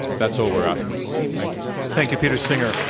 that's all we're asking for. thank you. thank you, peter singer.